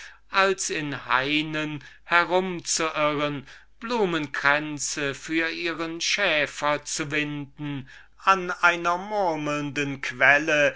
als in hainen herumzuirren blumenkränze für ihren schäfer zu winden an einer murmelnden quelle